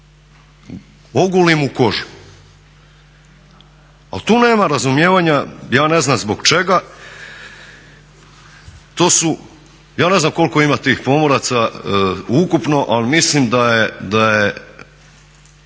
oguli mu kožu. Ali tu nema razumijevanja ja ne znam zbog čega. Ja ne znam koliko ima tih pomoraca ukupno, ali mislim da se